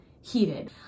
heated